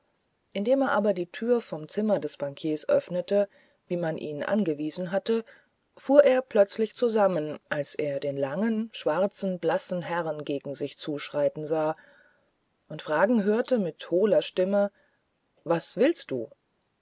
indem er aber die tür vom zimmer des bankiers öffnete wie man ihn angewiesen hatte fuhr er plötzlich zusammen als er den langen schwarzen blassen herrn gegen sich zuschreiten sah und fragen hörte mit hohler stimme was willst du